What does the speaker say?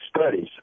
studies